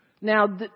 Now